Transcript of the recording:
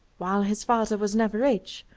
while his father was never rich,